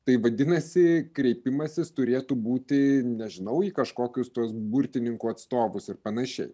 tai vadinasi kreipimasis turėtų būti nežinau į kažkokius tuos burtininkų atstovus ir panašiai